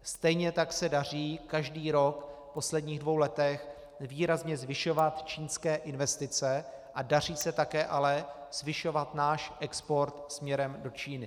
Stejně tak se daří každý rok v posledních dvou letech výrazně zvyšovat čínské investice a daří se také ale zvyšovat náš export směrem do Číny.